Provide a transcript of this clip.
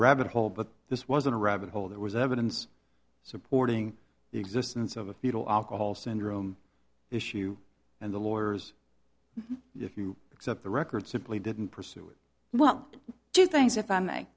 rabbit hole but this wasn't a rabbit hole there was evidence supporting the existence of a fetal alcohol syndrome issue and the lawyers if you accept the record simply didn't pursue it well two things if i ma